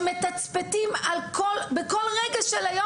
שמתצפתים באמצעותן,